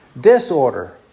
Disorder